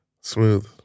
smooth